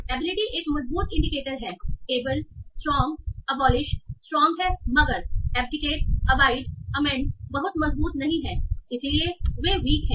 ability एक मजबूत indicator है एबल स्ट्रांग अबॉलिश स्ट्रांग है मगर अबडिकेटअबआइडअमेंड बहुत मजबूत नहीं हैं इसलिए वे वीक हैं